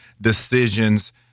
decisions